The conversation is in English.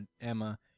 Emma